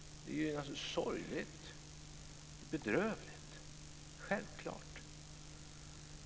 Det är naturligtvis sorgligt, bedrövligt. Självklart är det så.